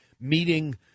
meeting